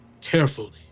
carefully